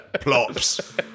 Plops